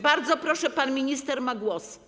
Bardzo proszę, pan minister ma głos.